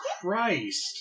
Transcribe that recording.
Christ